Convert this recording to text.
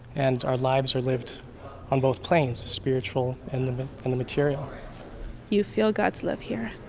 and our lives are lived on both planes, the spiritual and the and the material you feel god's love here,